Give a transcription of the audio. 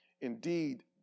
indeed